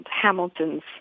Hamilton's